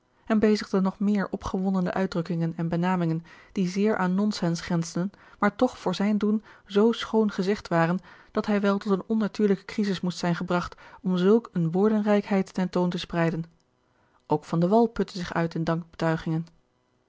en bezigde nog meer opgewondene uitdrukkingen en benamingen die zeer aan nonsens grensden maar toch voor zijn doen zoo schoon gezegd waren dat hij wel tot eene onnatuurlijke krisis moest zijn gebragt om zulk eene woordenrijkheid ten toon te spreiden ook van de wall putte zich uit in dankbetuigingen